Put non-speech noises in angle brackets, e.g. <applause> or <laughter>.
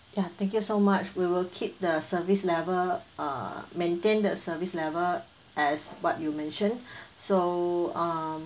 ya thank you so much we will keep the service level uh maintain the service level as what you mentioned <breath> so uh